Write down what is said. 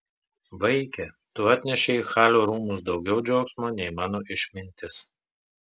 vaike tu atnešei į halio rūmus daugiau džiaugsmo nei mano išmintis